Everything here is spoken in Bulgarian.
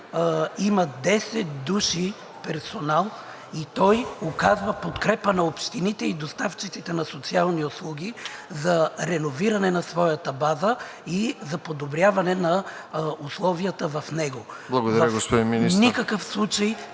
има 10 души персонал и той оказва подкрепа на общините и доставчиците на социални услуги за реновиране на своята база и за подобряване на условията в него. ПРЕДСЕДАТЕЛ РОСЕН